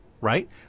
right